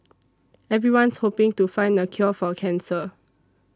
everyone's hoping to find the cure for cancer